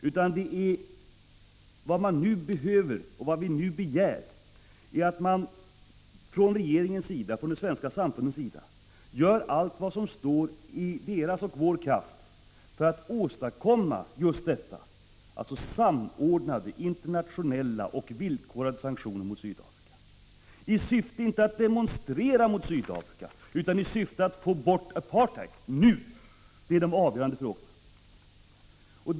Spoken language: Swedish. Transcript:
Vad som är väsentligt och som folkpartiet begär är att man nu från hela det svenska samhällets sida gör allt som står i dess makt för att åstadkomma just internationellt samordnade och villkorade sanktioner mot Sydafrika. Syftet skall inte längre främst vara att demonstrera mot Sydafrika, utan att få bort apartheid och få bort det nu! Jag har här nämnt de avgörande frågorna.